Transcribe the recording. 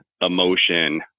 emotion